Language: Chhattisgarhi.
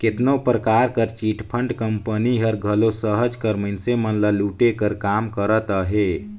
केतनो परकार कर चिटफंड कंपनी हर घलो सहज कर मइनसे मन ल लूटे कर काम करत अहे